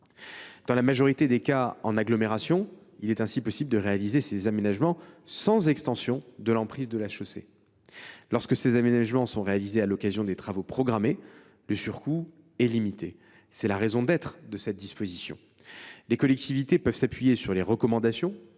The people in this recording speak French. dans la majorité des cas, il est possible, en agglomération, de réaliser ces aménagements sans extension de l’emprise de la chaussée. Lorsque ces aménagements sont réalisés à l’occasion de travaux programmés, le surcoût est limité – c’est la raison d’être de cette disposition. Les collectivités peuvent s’appuyer sur les recommandations